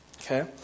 Okay